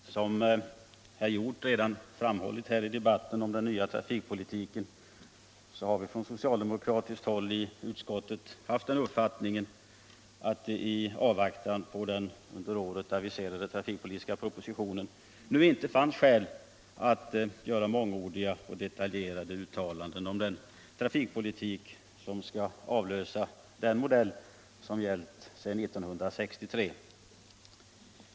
Herr talman! Som herr Hjorth redan har framhållit i debatten om den nya trafikpolitiken, har vi från socialdemokratiskt håll i utskottet haft den uppfattningen att det i avvaktan på den under året aviserade trafikpolitiska propositionen nu inte finns skäl att göra mångordiga och detaljerade uttalanden om den trafikpolitik som skall avlösa den modell som gällt sedan 1963.